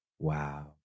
Wow